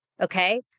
okay